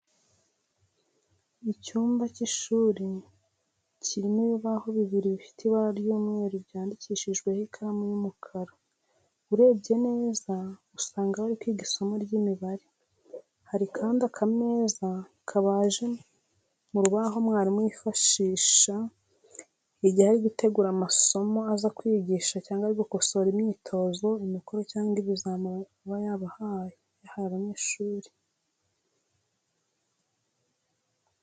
Icyumba cy'ishuri kirimo ibibaho bibiri bifite ibara ry'umweru byandikishijweho ikaramu y'umukara, urebye neza usanga bari kwiga isomo ry'imibare. Hari kandi akameza kabaje mu rubaho mwarimu yifashisha igihe ari gutegura amasomo aza kwigisha cyangwa ari gukosora imyitozo, imikoro cyangwa ibizami aba yahaye abanyeshuri.